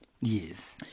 Yes